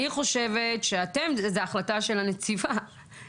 אני חושבת שזוהי החלטה של הנציבה,